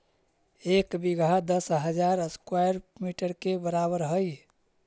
एक बीघा दस हजार स्क्वायर मीटर के बराबर हई